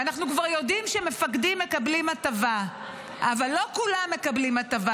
ואנחנו אתם כבר יודעים שמפקדים מקבלים הטבה אבל לא כולם מקבלים הטבה,